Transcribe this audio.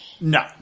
No